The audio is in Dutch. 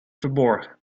verborgen